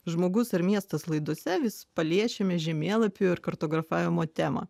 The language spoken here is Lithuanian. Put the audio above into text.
žmogus ir miestas laidose vis paliečiame žemėlapių ir kartografavimo temą